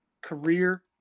career